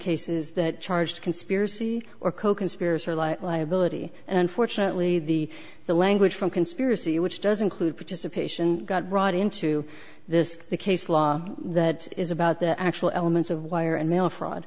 cases that charge conspiracy or coconspirators or light liability and unfortunately the the language from conspiracy which does include participation got brought into this case law that is about the actual elements of wire and mail fraud